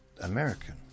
American